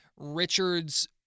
Richard's